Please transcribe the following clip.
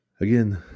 again